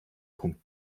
punkt